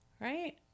Right